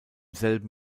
selben